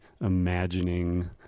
imagining